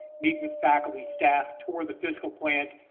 meet with faculty, staff toward the physical plant.